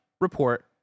report